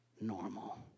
normal